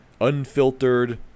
unfiltered